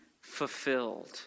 fulfilled